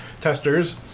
testers